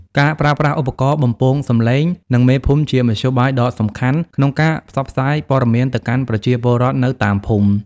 ការប្រើប្រាស់ឧបករណ៍បំពងសំឡេង និងមេភូមិជាមធ្យោបាយដ៏សំខាន់ក្នុងការផ្សព្វផ្សាយព័ត៌មានទៅកាន់ប្រជាពលរដ្ឋនៅតាមភូមិ។